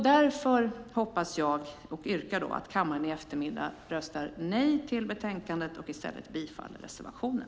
Därför hoppas jag, och yrkar på, att kammaren i eftermiddag röstar nej till förslaget betänkandet och i stället bifaller reservationen.